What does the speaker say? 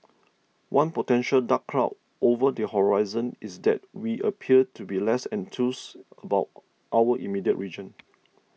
one potential dark cloud over the horizon is that we appear to be less enthused about our immediate region